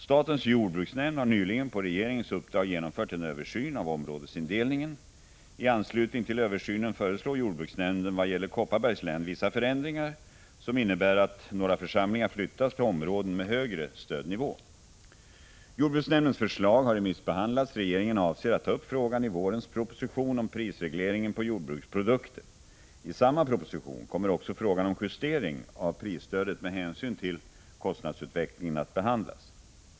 Statens jordbruksnämnd har nyligen på regeringens uppdrag genomfört en översyn av områdesindelningen. I anslutning till översynen föreslår jordbruksnämnden vad gäller Kopparbergs län vissa förändringar, som innebär att några församlingar flyttas till områden med högre stödnivå. Jordbruksnämndens förslag har remissbehandlats. Regeringen avser att ta upp frågan i vårens proposition om prisregleringen på jordbruksprodukter. I samma proposition kommer också frågan om justering av prisstödet med hänsyn till kostnadsutvecklingen att behandlas.